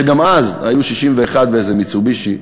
שגם אז היו 61 ואיזה "מיצובישי",